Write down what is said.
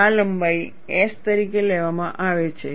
આ લંબાઈ S તરીકે લેવામાં આવે છે